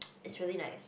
is really nice